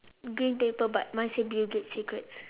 green paper but mine say bill-gates secrets